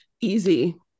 easy